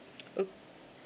ok~